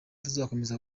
tuzakomeza